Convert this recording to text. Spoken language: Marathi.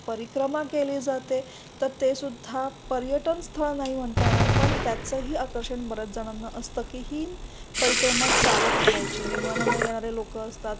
परिक्रमा केली जाते तर तेसुद्धा पर्यटन स्थळ नाही म्हणता येणार पण त्याचंही आकर्षण बऱ्याच जणांना असतं की ही परिक्रमा चालत करायची विमानानं येणारे लोकं असतात